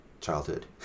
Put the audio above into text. childhood